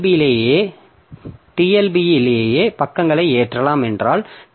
பியிலேயே பக்கங்களை ஏற்றலாம் என்றால் டி